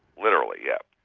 literally, yes.